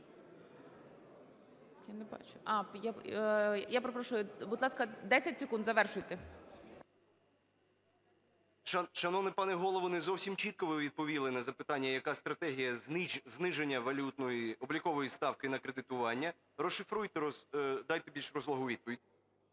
прошу… Я перепрошую, будь ласка, 10 секунд, завершуйте. УСОВ К.Г. Шановний пане голово, не зовсім чітко ви відповіли на запитання, яка стратегія зниження валютної облікової ставки на кредитування. Розшифруйте, дайте більш розлогу відповідь.